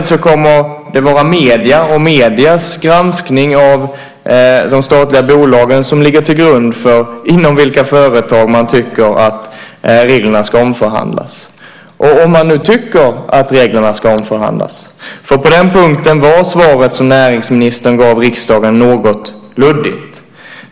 Därmed kommer det att vara medierna och deras granskning av de statliga bolagen som ligger till grund för inom vilka företag man tycker att reglerna ska omförhandlas - om man nu tycker att reglerna ska omförhandlas. På den punkten var svaret som näringsministern gav riksdagen något luddigt.